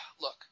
Look